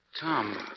Tom